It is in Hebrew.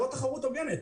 זו לא תחרות הוגנת,